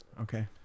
Okay